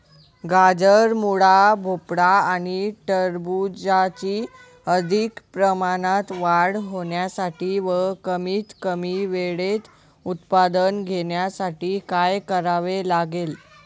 गाजर, मुळा, भोपळा आणि टरबूजाची अधिक प्रमाणात वाढ होण्यासाठी व कमीत कमी वेळेत उत्पादन घेण्यासाठी काय करावे लागेल?